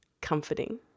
comforting